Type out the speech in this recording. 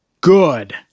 good